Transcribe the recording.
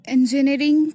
Engineering